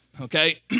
Okay